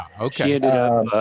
okay